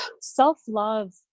self-love